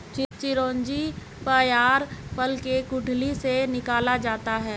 चिरौंजी पयार फल के गुठली से निकाला जाता है